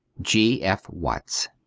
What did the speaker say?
g. f. watts